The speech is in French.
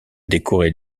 décorer